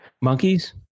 Monkeys